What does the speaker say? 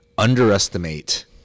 underestimate